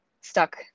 stuck